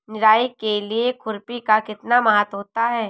निराई के लिए खुरपी का कितना महत्व होता है?